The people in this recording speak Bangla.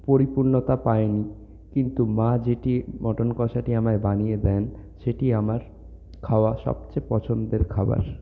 পরিপূর্ণতা পাইনি কিন্তু মা যেটি মাটন কষাটি আমায় বানিয়ে দেন সেটি আমার খাওয়া সবচেয়ে পছন্দের খাবার